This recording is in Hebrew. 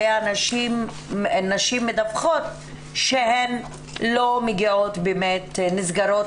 נשים מדווחות שהן לא מגיעות אלא יותר נסגרות,